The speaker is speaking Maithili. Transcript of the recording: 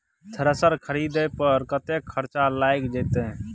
थ्रेसर खरीदे पर कतेक खर्च लाईग जाईत?